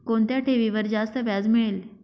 कोणत्या ठेवीवर जास्त व्याज मिळेल?